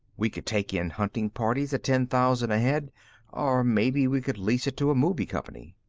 we could take in hunting parties at ten thousand a head or maybe we could lease it to a movie company.